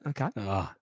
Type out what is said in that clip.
Okay